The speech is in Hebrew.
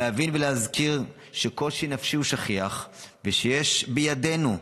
להבין ולהזכיר שקושי נפשי הוא שכיח, ושיש בידינו,